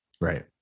Right